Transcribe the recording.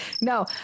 No